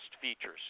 features